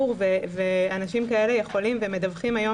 במשרד ואנשים כאלה יכולים ומדווחים היום